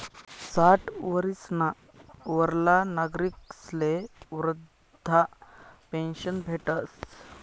साठ वरीसना वरला नागरिकस्ले वृदधा पेन्शन भेटस